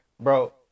Bro